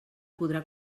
podrà